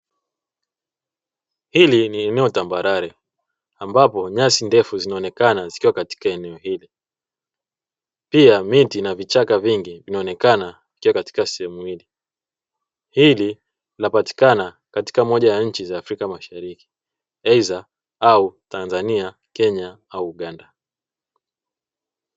Ili ni eneo tambarare ambapo nyasi ndefu zinaonekana zikiwa katika eneo hili pia miti na vichaka vingi vinaonekana vikiwa katika sehemu hii. Eneo ili linapatikana katika moja ya nchi za afrika mashariki aidha au tanzania, kenya, au uganda.